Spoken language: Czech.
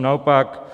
Naopak.